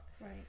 Right